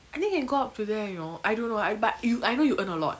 I think it go up to there you know I don't know I but you I know you earn a lot